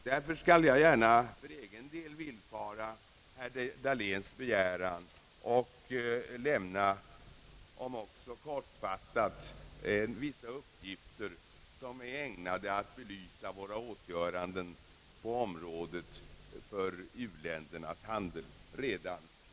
Därför skall jag gärna för egen del villfara herr Dahléns begäran och redan i dag — om än kortfattat — lämna vissa uppgifter som är ägnade att belysa våra åtgöranden på u-landshandelsområdet.